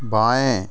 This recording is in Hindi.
बाएँ